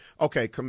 okay